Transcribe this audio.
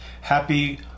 happy